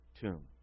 tomb